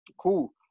cool